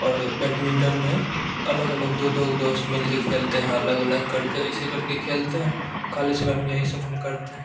और बैडमिंटन में अलग अलग दो दो दोस्त मिल कर खेलते हैं अलग अलग कर के ऐसे कर के खेलते हैं ख़ाली समय में हम यही सब हम करते हैं